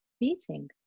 meeting